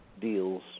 deals